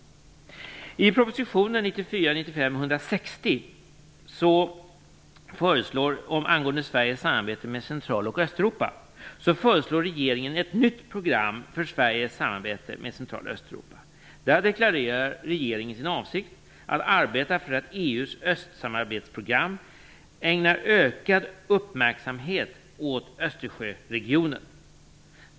Central och Östeuropa. Där deklarerar regeringen sin avsikt att arbeta för att EU:s östsamarbetsprogram ägnar ökad uppmärksamhet åt Östersjöregionen.